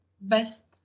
best